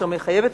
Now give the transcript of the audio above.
אשר מחייבת,